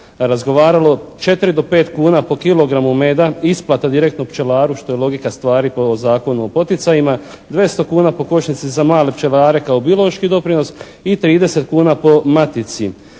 razgovaralo, 4 do 5 kuna po kilogramu meda isplata direktno pčelaru što je logika stvari po Zakonu o poticajima. 200 kuna po košnici za male pčelare kao biološki doprinos i 30 kuna po matici.